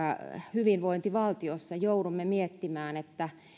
hyvinvointivaltiossa joudumme miettimään